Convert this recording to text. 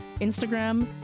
Instagram